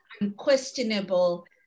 unquestionable